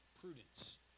Prudence